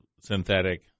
synthetic